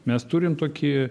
mes turim tokį